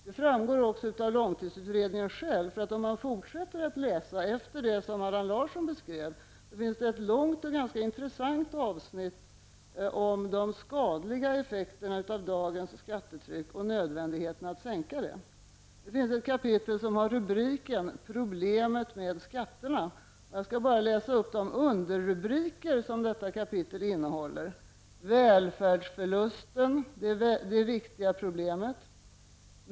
Det framgår också av långtidsutredningen själv. Om man fortsätter att läsa efter det som Allan Larsson beskrev finns det ett långt och ganska intressant avsnitt om de skadliga effekterna av dagens skattetryck och nödvändigheten av att sänka det. Det finns ett kapitel som har rubriken Problemet med skatterna. Jag skall bara läsa upp de underrubriker som detta kapitel innehåller: Välfärdsförlusten, det viktiga problemet.